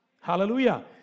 Hallelujah